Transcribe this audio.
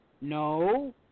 No